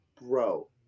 Bro